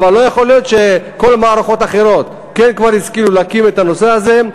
אבל לא יכול להיות שכל המערכות האחרות כבר השכילו להקים את הנושא הזה,